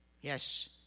Yes